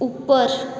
ऊपर